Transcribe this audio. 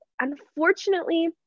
unfortunately